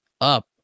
up